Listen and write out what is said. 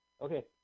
Okay